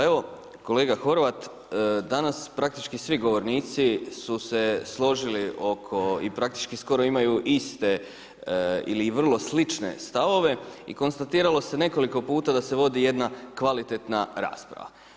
Pa evo kolega Horvat, danas praktički svi govornici su se složili oko i praktički skoro imaju iste ili vrlo slične stavove i konstatiralo se nekoliko puta da se vodi jedna kvalitetna rasprava.